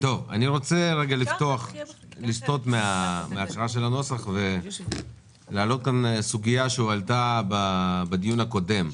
אני רוצה לסטות מהקראת הנוסח ולהעלות כאן סוגיה שהועלתה בדיון הקודם.